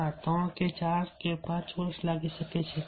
3 વર્ષ કે 4 વર્ષ કે 5 વર્ષ લાગી શકે છે